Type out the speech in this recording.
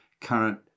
current